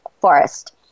forest